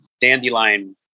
dandelion